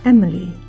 Emily